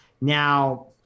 Now